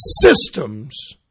systems